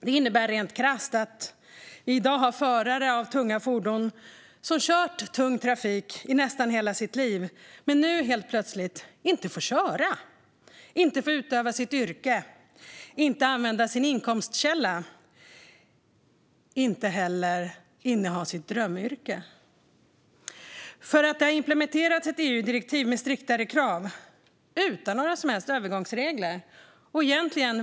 Det innebär rent krasst att vi i dag har förare av tunga fordon som kört tung trafik i nästan hela sitt liv men nu helt plötsligt inte får köra, inte får utöva sitt yrke, inte ha sin inkomstkälla och inte heller får inneha sitt drömyrke. Detta har alltså skett för att det har implementerats ett EU-direktiv med striktare krav utan några som helst övergångsregler.